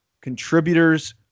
contributors